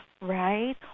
right